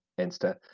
insta